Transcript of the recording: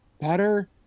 Better